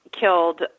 killed